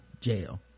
jail